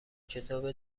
کتاب